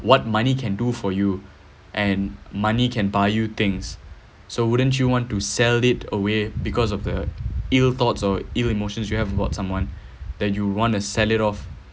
what money can do for you and money can buy you things so wouldn't you want to sell it away because of the ill thoughts or emotions you have about someone that you wanna sell it off